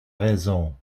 raison